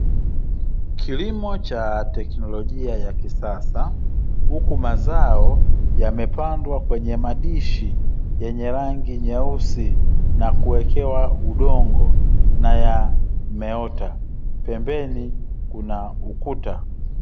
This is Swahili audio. Kilimo cha teknolojia ya kisasa huku mazao yamepandwa kwenye madishi yenye rangi nyeusi, na kuwekewa udongo na yameota pemebeni kuna ukuta.